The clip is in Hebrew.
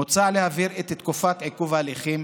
מוצע להבהיר את תקופת עיכוב ההליכים.